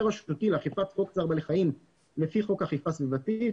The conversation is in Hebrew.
רשותי לאכיפת חוק צער בעל חיים לפי חוק אכיפה סביבתית,